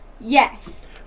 Yes